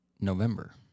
November